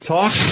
talk